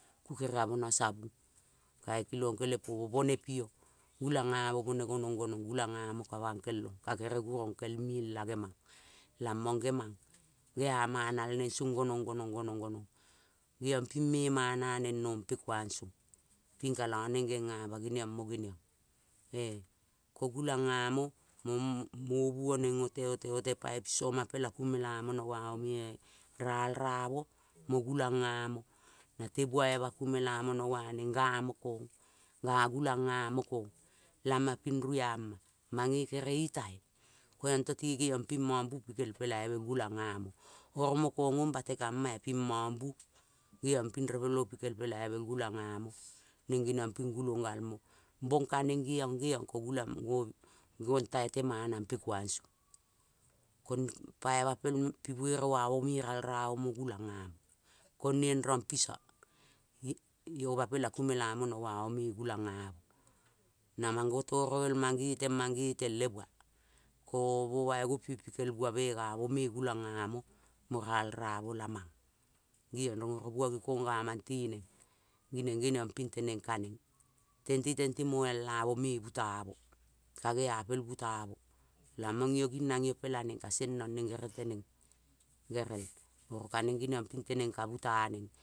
Ku kena mono sabung kai kilong kele po mo bonie pi io. Gulang nga mo bone gonong gonong. Gulang nga mo ka bankel ong ka gurong kel mieng la ngemang. Lamong ngemang, sea manal neng song gonong. gonong geiong ping me mana neng nope kuang song ping kalo neng genia ma geniong mo geniong. E ko gulang nga mo uvo neng ole, ole, ole, pai piso ma pela ku melamono ua mo me ralramo mo gulang nga mo. Na le bua ima ku melamono ua neng mo kong nga mo kong, lampong ping ruama mange kere itai, ko anto le mom bu pikel polai lbe gulang nga mo. Oro mo kong ong bate kama kama ea ping mong bu geiong ping repelmo pikel polailbe gulang nga mo. Neng geniong ping gulolgalmo. Bong ka neng geiong ko gulang gong lai le mana mpe kuang song. Ko ne pai ma pi buere ua mo me ralramo mo gulang. Ko nieng rong piso o ma pela ku melamono ua mo me gulang nga mo na mang go torobel mangeleng mangeleng le bua ko mo bai go pie pikel bua me nga mo me gulang nga mo mo ralaramo lamang geiong rong ovo bua nge ko nga mang le neng ngi neng geniong ping leneng ka neng tente tente moal la mo me bu la mo ka gea pel bu ta mo lamong. Io gingnaio pela neng kasieng rong neng gerel teneng perel ovo ka neng geniongping teneng ka bu ta neng.